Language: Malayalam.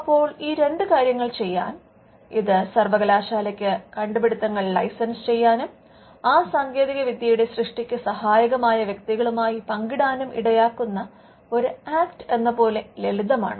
അപ്പോൾ ഈ രണ്ട് കാര്യങ്ങൾ ചെയ്യാൻ ഇത് സർവകലാശാലക്ക് കണ്ടുപിടുത്തങ്ങൾ ലൈസൻസ് ചെയ്യാനും ആ സാങ്കേതിക വിദ്യയുടെ സൃഷ്ടിക്ക് സഹായകമായ വ്യക്തികളുമായി പങ്കിടാനും ഇടയാക്കുന്ന ഒരു ആക്ട് എന്നപോലെ ലളിതമാണ്